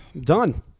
done